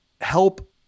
help